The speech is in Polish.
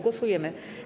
Głosujemy.